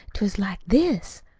t was like this,